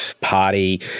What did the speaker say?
party